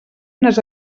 unes